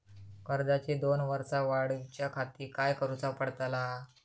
कर्जाची दोन वर्सा वाढवच्याखाती काय करुचा पडताला?